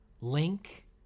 Link